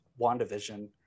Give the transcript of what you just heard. wandavision